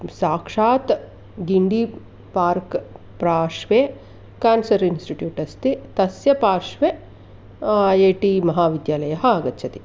साक्षात् गिण्डि पार्क् पाश्वे cancer institute अस्ति तस्य पार्श्वे ऐ ऐ टि महाविद्यालयः आगच्छति